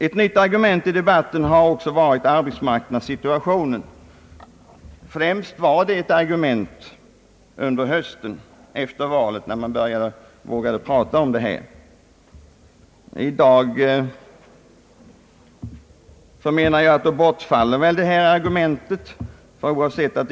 Ett nytt argument i debatten har varit arbetsmarknadssituationen. Främst var det ett argument under hösten efter valet, när man vågade på allvar tala kommunindelning. I dag bortfaller det argumentet.